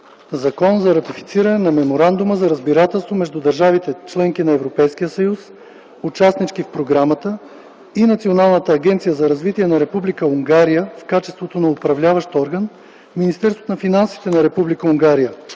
„ЗАКОН за ратифициране на Меморандума за разбирателство между държавите – членки на Европейския съюз, участнички в програмата, и Националната агенция за развитие на Република Унгария в качеството на Управляващ орган, Министерството на финансите на Република